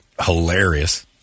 hilarious